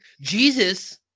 Jesus